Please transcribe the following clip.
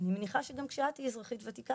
אני מניחה שגם את תהיה אזרחית ותיקה,